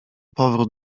powrót